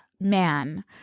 man